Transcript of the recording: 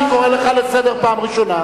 אני קורא לך לסדר פעם ראשונה.